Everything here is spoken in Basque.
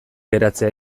geratzea